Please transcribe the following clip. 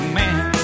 man